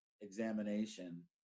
examination